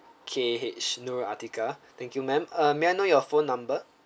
K A H nurul atikah thank you ma'am uh may I know your phone number